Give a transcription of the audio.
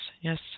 yes